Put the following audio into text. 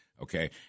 Okay